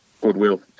goodwill